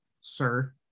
sir